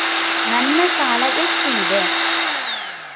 ನನ್ನ ಸಾಲ ಎಷ್ಟು ಇದೆ?